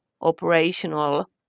operational